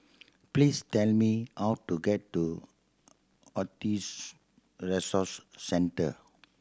please tell me how to get to Autism Resource Centre